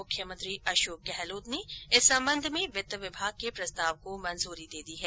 मुख्यमंत्री अशोक गहलोत ने इस संबंध में वित्त विभाग के प्रस्ताव को मंजूरी दे दी है